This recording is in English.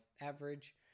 average